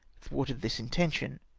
thwarted this intention,